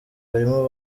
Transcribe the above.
barimo